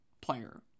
player